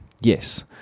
Yes